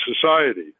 society